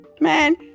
man